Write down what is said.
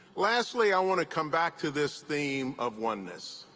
lastly, i want to come back to this theme of oneness.